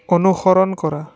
অনুসৰণ কৰা